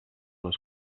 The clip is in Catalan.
les